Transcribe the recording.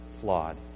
flawed